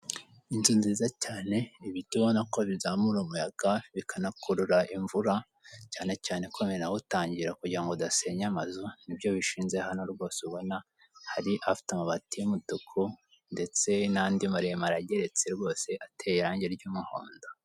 Inzu nziza cyane ibiti ubona ko bizamura umuyaga bikanakurura imvura cyane cyane ko binawutangira kugira ngo udasenya amazu, nibyo bishinze hano rwose ubona hari afite amabati y'umutuku ndetse n'andi maremare rageregetse rwose ateye irangi ry'umuhondo.